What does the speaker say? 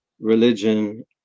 religion